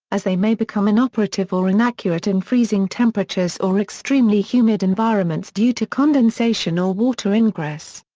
as they may become inoperative or inaccurate in freezing temperatures or extremely humid environments due to condensation or water ingress.